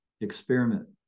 experiment